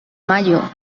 mayo